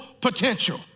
potential